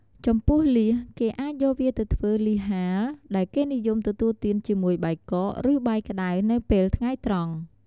ចំពោះលៀស គេអាចយកវាទៅធ្វើលៀសហាល ដែលគេនិយមទទូលទានជាមួយបាយកក ឬបាយក្តៅ នៅពេលថ្ងៃត្រង់។